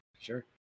sure